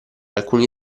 alcuni